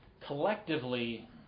Collectively